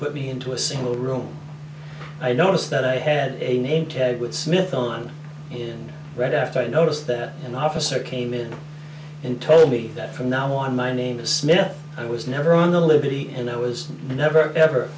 put me into a single room i noticed that i had a name tag with smith on it right after i noticed that an officer came in and told me that from now on my name is smith i was never on the liberty and i was never ever